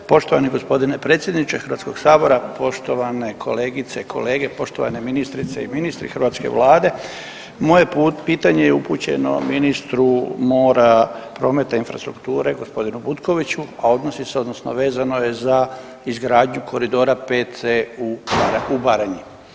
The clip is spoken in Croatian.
Poštovani gospodine predsjedniče Hrvatskog sabora, poštovane kolegice i kolege, poštovane ministrice i ministri hrvatske Vlade, moje pitanje je upućeno ministru mora, prometa i infrastrukture gospodinu Butkoviću, a odnosi se odnosno vezano je za izgradnju koridora 5C u Baranji.